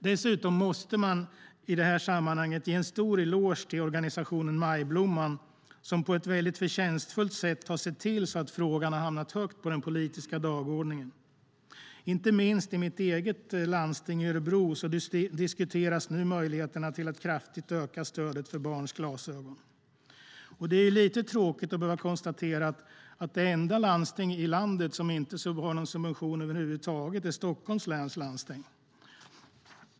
Dessutom måste man i detta sammanhang ge en stor eloge till organisationen Majblomman, som på ett väldigt förtjänstfullt sätt har sett till att frågan har hamnat högt på den politiska dagordningen. Inte minst i mitt eget landsting i Örebro diskuteras nu möjligheterna att kraftigt öka stödet för barns glasögon. Det är lite tråkigt att behöva konstatera att det enda landsting i landet som inte har någon subvention över huvud taget är Stockholms läns landsting.